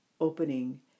opening